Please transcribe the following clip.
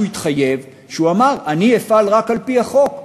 התחייב כשהוא אמר: אני אפעל רק על-פי החוק.